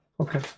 Okay